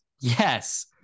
Yes